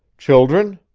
children?